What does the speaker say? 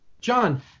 John